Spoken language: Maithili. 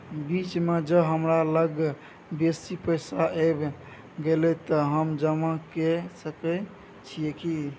बीच म ज हमरा लग बेसी पैसा ऐब गेले त हम जमा के सके छिए की?